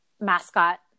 mascot